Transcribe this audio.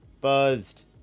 Buzzed